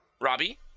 Robbie